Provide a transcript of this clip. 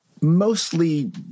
Mostly